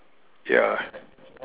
ya